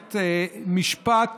מערכת משפט